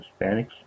Hispanics